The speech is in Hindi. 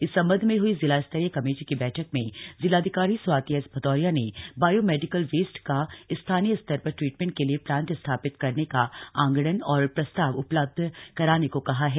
इस संबंध में हई जिलास्तरीय कमेटी की बैठक में जिलाधिकारी स्वाति एस भदौरिया ने बायो मेडिकल वेस्ट का स्थानीय स्तर पर ट्रीटमेंट के लिए प्लांट स्थापित करने का आंगणन और प्रस्ताव उपलब्ध कराने को कहा है